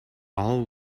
all